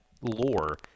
lore